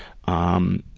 um,